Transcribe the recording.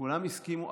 כולם הסכימו.